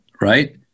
right